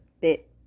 bit